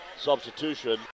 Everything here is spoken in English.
Substitution